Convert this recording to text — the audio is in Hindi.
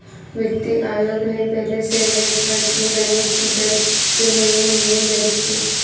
वित्तीय आयोग ने पहले से रेफेर किये जाने की दर के नवीन नियम जारी किए